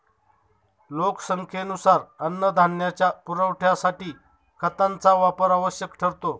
लोकसंख्येनुसार अन्नधान्याच्या पुरवठ्यासाठी खतांचा वापर आवश्यक ठरतो